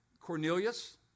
Cornelius